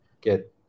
get